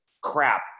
crap